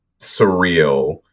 surreal